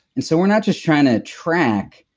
and so we're not just trying to track,